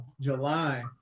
July